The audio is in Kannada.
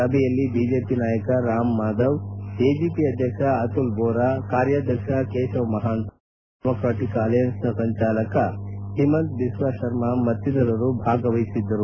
ಸಭೆಯಲ್ಲಿ ಬಿಜೆಪಿ ನಾಯಕ ರಾಮ್ಮಾಧವ್ ಎಜಿಪಿ ಅಧ್ಯಕ್ಷ ಅತುಲ್ ಬೋರಾ ಕಾರ್ಯಾಧ್ಯಕ್ಷ ಕೇಶವ್ ಮಹಾಂತ ನಾರ್ಥ್ ಈಸ್ ಡೆಮಾಕೆಟಕ್ ಅಲ್ಲೆಯನ್ ಸಂಚಾಲಕ ಹಿಮಂತ ಬಿಸ್ತ ಶರ್ಮ ಮತ್ತಿತರರ ಭಾಗವಹಿಸಿದ್ದರು